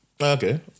Okay